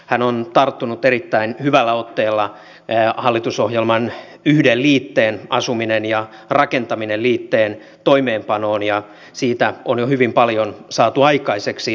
hän on tarttunut erittäin hyvällä otteella hallitusohjelman yhden liitteen asuminen ja rakentaminen liitteen toimeenpanoon ja siitä on jo hyvin paljon saatu aikaiseksi